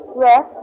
Yes